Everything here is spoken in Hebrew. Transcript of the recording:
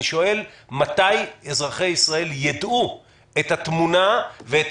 אני שואל מתי אזרחי ישראל יידעו את התמונה ואת